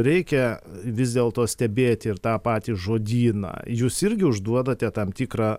reikia vis dėlto stebėti ir tą patį žodyną jūs irgi užduodate tam tikrą